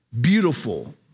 beautiful